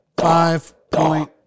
Five-point